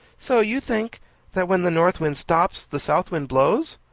so you think that when the north wind stops the south wind blows.